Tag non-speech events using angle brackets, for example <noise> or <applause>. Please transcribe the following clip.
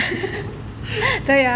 <laughs>